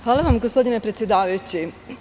Hvala vam, gospodine predsedavajući.